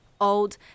old